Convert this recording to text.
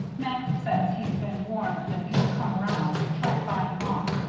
max says he's been warned that you'll come around and try to buy him off,